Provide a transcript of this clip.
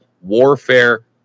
warfare